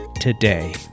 today